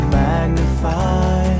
magnify